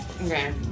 Okay